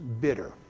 bitter